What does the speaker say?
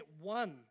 one